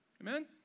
Amen